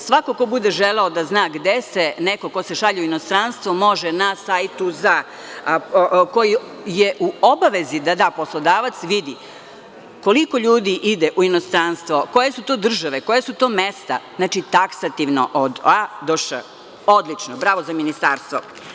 Svako ko bude želeo da zna gde se neko ko se šalje u inostranstvo može na sajtu koji je u obavezi da da poslodavac vidi koliko ljudi ide u inostranstvo, koje su to države, koja su to mesta, znači, taksativno od a do š. Odlično, bravo za ministarstvo.